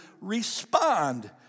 respond